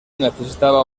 necesitaba